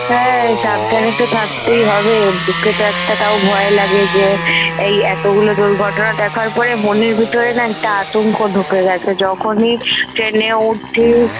হ্যাঁ সাবধানে তো থাকতেই হবে বুকে তো একটা তাও ভয় লাগে যে এই এতোগুলো দুর্ঘটনা দেখার পরে মনের ভিতরে না একটা আতঙ্ক ঢুকে গেছে যখনই ট্রেনে উঠি